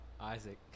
Isaac